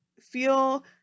feel